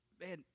man